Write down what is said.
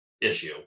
issue